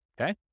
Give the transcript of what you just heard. okay